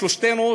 שלושתנו,